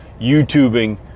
youtubing